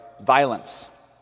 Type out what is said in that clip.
violence